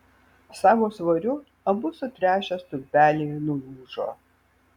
savo svoriu abu sutręšę stulpeliai nulūžo